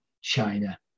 China